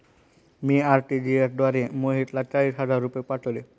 मी RTGS द्वारे मोहितला चाळीस हजार रुपये पाठवले